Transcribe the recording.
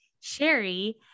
Sherry